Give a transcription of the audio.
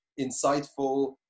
insightful